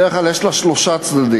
בדרך כלל יש לה שלושה צדדים,